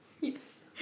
Yes